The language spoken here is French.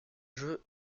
jeu